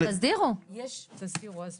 אז תסדירו, אז תסדירו.